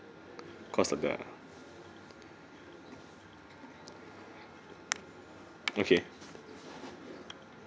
cost of the okay